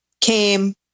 came